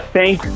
thank